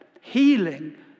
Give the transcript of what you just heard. Healing